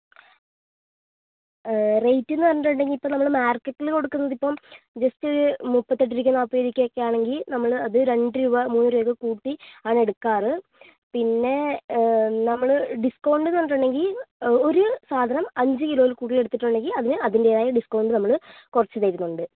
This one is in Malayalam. റേയ്റ്റ് എന്നു പറഞ്ഞിട്ടുണ്ടെങ്കിൽ ഇപ്പോൾ നമ്മൾ മാർക്കറ്റിൽ കൊടുക്കുന്നത് ഇപ്പോൾ ജസ്റ്റ് ഒരു മുപ്പത്തെട്ട് രൂപയ്ക്കും നാല്പതു രൂപയ്ക്കും ഒക്കെ ആണെങ്കിൽ നമ്മൾ അത് രണ്ടു രൂപ മൂന്ന് രൂപ ഒക്കെ കൂട്ടി ആണ് എടുക്കാറ് പിന്നെ നമ്മൾ ഡിസ്കൗണ്ടെന്നു പറഞ്ഞിട്ടുണ്ടെങ്കിൽ ഒരു സാധനം അഞ്ച് കിലോയിൽ കൂടുതൽ എടുത്തിട്ടുണ്ടെങ്കിൽ അതിനു അതിന്റേതായ ഡിസ്കൗണ്ട് നമ്മൾ കുറച്ച് തരുന്നുണ്ട്